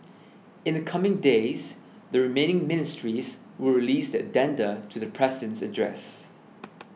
in the coming days the remaining ministries will release their addenda to the President's address